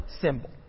symbol